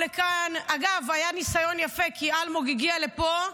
אגב, היה ניסיון יפה, כי אלמוג הגיע לפה.